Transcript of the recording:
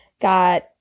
got